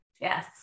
Yes